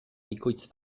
bikoitz